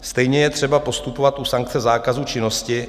Stejně je třeba postupovat u sankce zákazu činnosti.